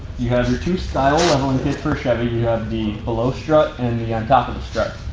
you have your two style leveling kit for chevy. you have the below strut and the on top of the strut.